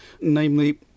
namely